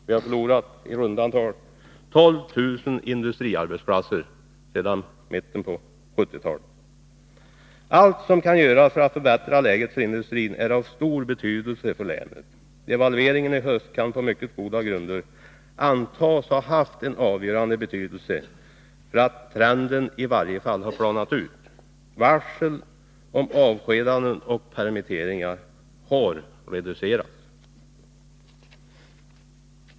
Vi har förlorat i runda tal 12 000 industriarbetsplatser sedan mitten av 1970-talet. Allt som kan göras för att förbättra läget för industrin är av stor betydelse för länet. Devalveringen i höstas kan på mycket goda grunder antas ha haft en avgörande betydelse för att trenden i varje fall har planats ut. Varslen om avskedanden och permitteringar har reducerats.